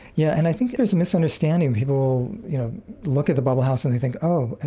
yeah and i think there's a misunderstanding. people you know look at the bubble house and they think, oh,